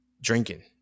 drinking